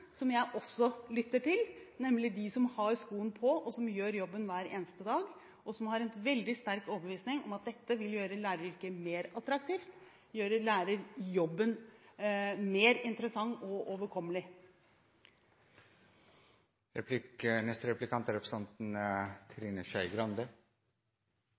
som jeg også lytter til, nemlig de som har skoen på, og som gjør jobben hver eneste dag, som har en veldig sterk overbevisning om at dette vil gjøre læreryrket mer attraktivt og gjøre lærerjobben mer interessant og overkommelig.